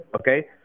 okay